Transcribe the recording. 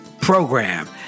program